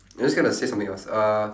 I'm just gonna say something else uh